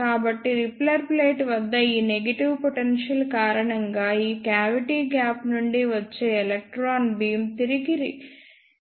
కాబట్టి repeller plate వద్ద ఈ నెగిటివ్ పొటెన్షియల్ కారణంగా ఈ క్యావిటీ గ్యాప్ నుండి వచ్చే ఎలక్ట్రాన్ బీమ్ తిరిగి క్యావిటీ కి రిఫ్లెక్ట్ అవుతుంది